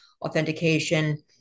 authentication